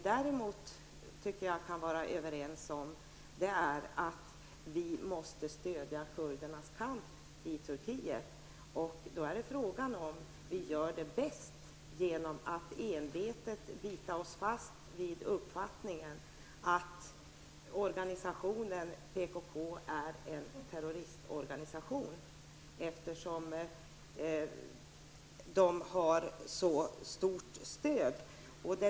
Däremot kan vi vara överens om att vi måste stödja kurdernas kamp i Turkiet. Det är då fråga om vi bäst gör det genom att envetet bita oss fast vid uppfattningen att organisationen PKK är en terroristorganisation. Organisationen har ju ett så stort stöd.